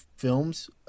films